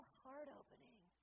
heart-opening